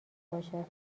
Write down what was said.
باشد